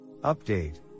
Update